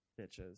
Bitches